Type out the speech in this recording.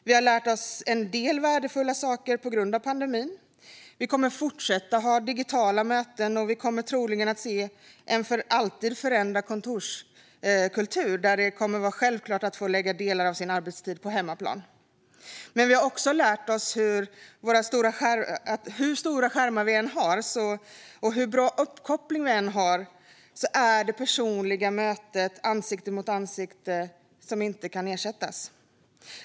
Vi har lärt oss en del värdefulla saker på grund av pandemin. Vi kommer att fortsätta ha digitala möten, och vi kommer troligen att se en för alltid förändrad kontorskultur där det kommer att vara självklart att lägga delar av sin arbetstid på hemmaplan. Men vi har också lärt oss att hur stora skärmar vi än har och hur bra uppkoppling vi än har kan det personliga mötet ansikte mot ansikte inte ersättas.